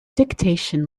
dictation